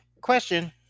Question